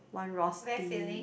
one Rosti